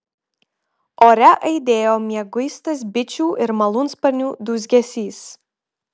ore aidėjo mieguistas bičių ir malūnsparnių dūzgesys